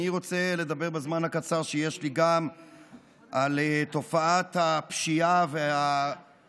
אני רוצה לדבר בזמן הקצר שיש לי גם על תופעות הפשיעה והאלימות